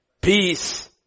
Peace